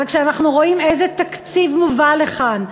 אבל כשאנחנו רואים איזה תקציב מובא לכאן,